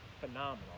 phenomenal